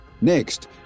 Next